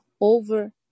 over